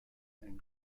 and